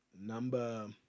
number